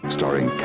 Starring